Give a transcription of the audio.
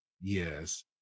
Yes